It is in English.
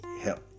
help